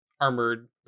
armored